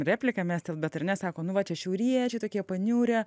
repliką mestelt bet ar ne sako nu va čia šiauriečiai tokie paniurę